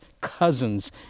cousins